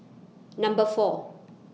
Number four